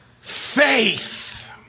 faith